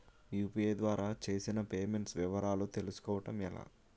UPI ద్వారా చేసిన payments వివరాలు తెలుసుకోవటం ఎలా?